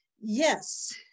yes